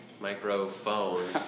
Microphone